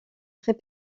très